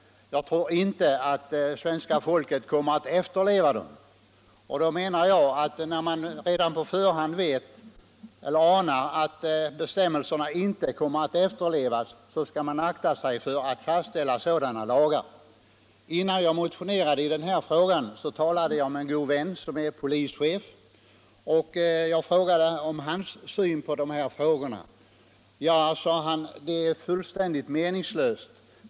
Jag tror inte att svenska folket kommer att efterleva dem. Och när man redan på förhand vet eller anar att bestämmelserna inte kommer att efterlevas, skall man akta sig för att fastställa sådana lagar. Innan jag motionerade i denna fråga, frågade jag en god vän, som är polischef, om hans syn på dessa frågor. Ja, sade han, det är fullständigt meningslöst.